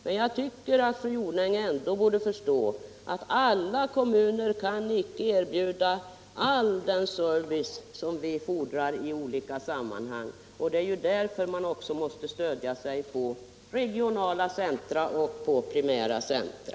Men jag tycker ändå att fru Jonäng borde förstå att alla kommuner icke kan erbjuda all den kvalificerade service som vi fordrar i olika sammanhang. Det är därför man måste stödja sig på regionala och primära centra.